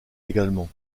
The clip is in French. également